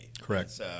Correct